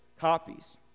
copies